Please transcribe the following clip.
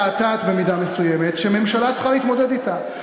ומתעתעת, במידה מסוימת, שממשלה צריכה להתמודד אתה.